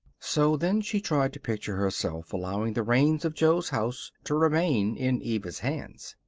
so then she tried to picture herself allowing the reins of jo's house to remain in eva's hands.